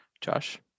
Josh